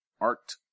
Art